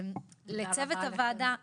לצוות הוועדה,